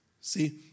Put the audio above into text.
See